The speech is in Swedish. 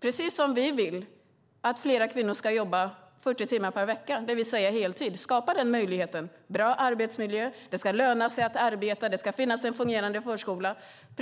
Precis lika mycket som vi vill att fler kvinnor ska jobba 40 timmar per vecka, det vill säga heltid - en möjlighet vi får skapa genom bra arbetsmiljö, att det ska löna sig att arbeta, att det ska finnas en fungerande förskola -